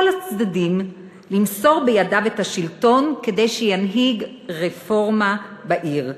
הצדדים למסור בידיו את השלטון כדי שינהיג רפורמה בעיר.